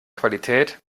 qualität